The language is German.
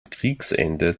kriegsende